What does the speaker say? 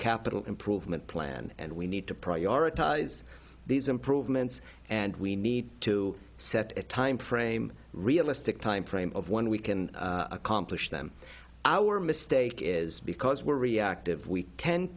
capital improvement plan and we need to prioritize these improvements and we need to set a time frame realistic time frame of when we can accomplish them our mistake is because we're reactive we